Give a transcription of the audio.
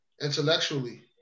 intellectually